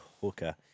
hooker